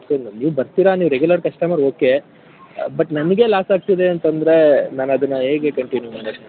ಆತಿಲ್ಲ ನೀವು ಬರ್ತೀರ ನೀವು ರೆಗ್ಯುಲರ್ ಕಸ್ಟಮರ್ ಓಕೆ ಬಟ್ ನಮಗೆ ಲಾಸ್ ಆಗ್ತಿದೆ ಅಂತಂದರೆ ನಾನು ಅದನ್ನು ಹೇಗೆ ಕಂಟಿನ್ಯೂವ್ ಮಾಡದು ಮ್ಯಾಮ್